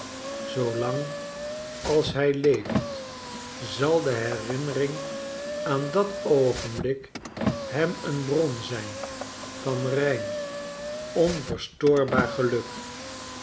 zoolang als hij leeft zal de herinnering aan dat oogenblik hem een bron zijn van rein onverstoorbaar geluk